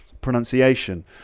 pronunciation